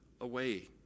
away